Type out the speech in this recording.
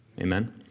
Amen